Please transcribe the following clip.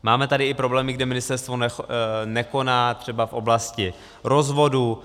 Máme tady i problémy, kde ministerstvo nekoná, třeba v oblasti rozvodů.